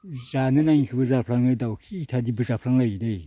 जानो नाङिखोबो जाफ्लाङो दाउखि इथादिबो जाफ्लांलायो दै